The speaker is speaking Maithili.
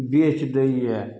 बेच दैए